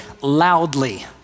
loudly